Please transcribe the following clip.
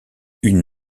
une